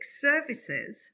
services